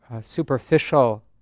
superficial